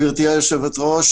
גברתי היושבת-ראש,